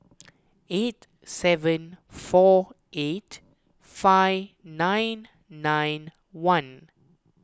eight seven four eight five nine nine one